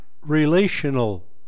relational